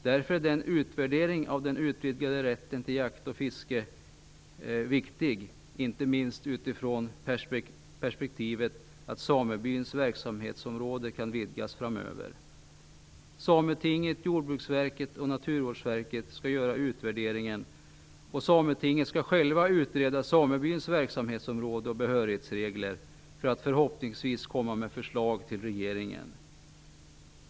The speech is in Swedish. Därför är en utvärdering av den utvidgade rätten till jakt och fiske viktig, inte minst utifrån perspektivet att samebyns verksamhetsområde kan vidgas framöver. Sametinget, Jordbruksverket och Naturvårdsverket skall göra utvärderingen. Sametinget skall utreda samebyns verksamhetsområde och behörighetsregler för att förhoppningsvis komma med förslag till regeringen.